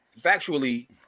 factually –